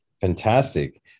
Fantastic